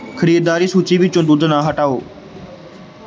ਖਰੀਦਦਾਰੀ ਸੂਚੀ ਵਿੱਚੋਂ ਦੁੱਧ ਨਾ ਹਟਾਓ